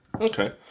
Okay